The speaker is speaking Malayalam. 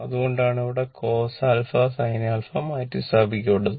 അതുകൊണ്ടാണ് ഇവിടെ cos sin മാറ്റിസ്ഥാപിക്കപ്പെടുന്നത്